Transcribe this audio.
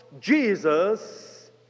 Jesus